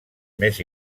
més